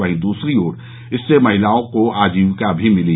वहीं दूसरी ओर इससे महिलाओं को आजीविका भी मिली